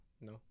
No